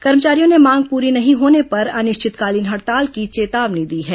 कर्मचारियों ने मांग पूरा नहीं होने पर अनिश्चितकालीन हड़ताल की चेतावनी दी है